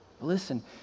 Listen